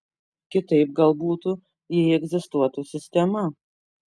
kitaip gal butų jei egzistuotų sistema